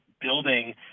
building